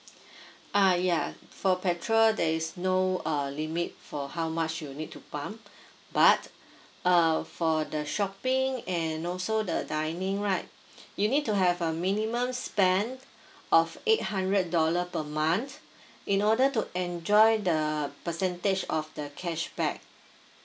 uh yeah for patrol sure there is no err limit for how much you need to pump but uh for the shopping and also the dining right you need to have a minimum spend of eight hundred dollar per month in order to enjoy the percentage of the cashback